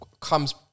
comes